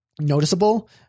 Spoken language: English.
noticeable